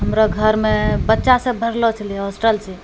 हमरा घरमे बच्चासब भरलऽ छलै होस्टल छै